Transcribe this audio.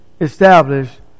established